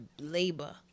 labor